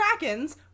krakens